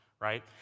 right